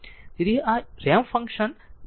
એ તેથી આ ramp function t0 દ્વારા એડવાન્સ્ડ છે